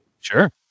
sure